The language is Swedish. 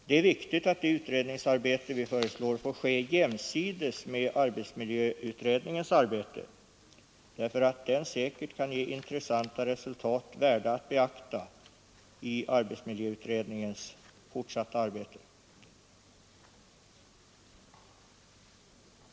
Det är viktigt att det utredningsarbete vi föreslår får ske jämsides med arbetsmiljöutredningens arbete därför att det säkert kunde ge intressanta resultat, värda att beakta i arbetsmiljöutredningens fortsatta arbete.